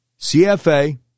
CFA